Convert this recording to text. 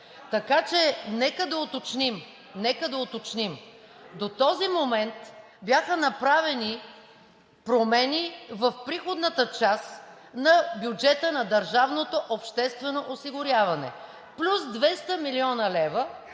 Така че нека да уточним – до този момент бяха направени промени в приходната част на бюджета на държавното обществено осигуряване, плюс 200 млн. лв.